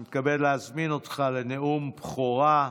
אני מתכבד להזמין אותך לנאום בכורה.